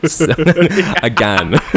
Again